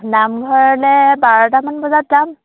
নামঘৰলৈ বাৰটামান বজাত যাম